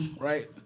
Right